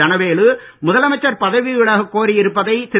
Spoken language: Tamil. தனவேலு முதலமைச்சர் பதவி விலக கோரி இருப்பதை திரு